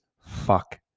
fuck